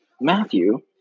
Matthew